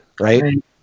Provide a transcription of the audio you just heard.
right